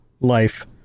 life